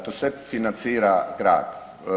To sve financira grad.